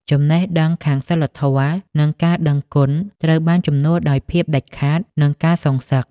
ចំណេះដឹងខាងសីលធម៌ និងការដឹងគុណត្រូវបានជំនួសដោយភាពដាច់ខាត និងការសងសឹក។